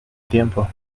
tiempo